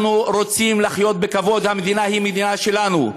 אנחנו רוצים לחיות בכבוד, המדינה היא המדינה שלנו.